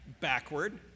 backward